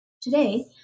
Today